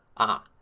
ah,